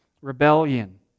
rebellion